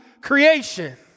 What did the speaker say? creation